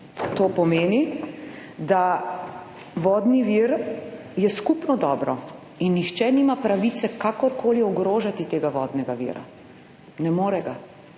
To pomeni, da vodni vir je skupno dobro in nihče nima pravice kakorkoli ogrožati tega vodnega vira, ne more ga.